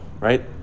right